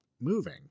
moving